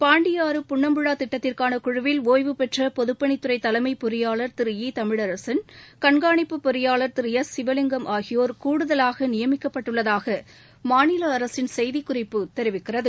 பாண்டியாறு புன்னம்புழா திட்டத்திற்கான குழுவில் ஒய்வுபெற்ற பொதுப்பணித்துறை தலைமை பொறியாளா் திரு ஈ தமிழரசன் கண்காணிப்பு பொறியாளா் திரு எஸ் சிவலிங்கம் ஆகியோா் கூடுதலாக நியமிக்கப்பட்டுள்ளதாக மாநில அரசின செய்திக்குறிப்பு தெரிவிக்கிறது